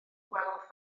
gwelodd